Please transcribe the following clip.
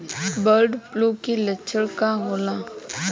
Bird flu के लक्षण का होला?